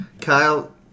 Kyle